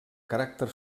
caràcter